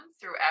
throughout